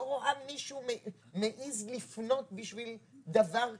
לא רואה מישהו מעז לפנות בשביל דבר כזה,